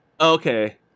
Okay